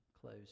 close